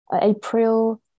April